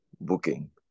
booking